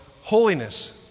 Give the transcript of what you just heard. holiness